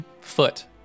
foot